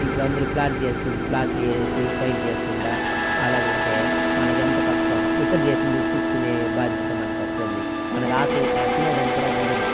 ఇప్పుడందురు plot చేసుకుంటు ప్లాట్లు వేసి పైరు చేసుకోకుండా అలాగుంటే మనకెంత కష్టం ఇతర దేశం దగ్గర తీసుకునే భాద్యత మనకొస్తుంది మనకి ఆకలి తినేదానికి కూడా ఉండదు